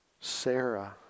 Sarah